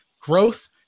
growth